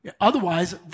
Otherwise